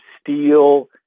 steel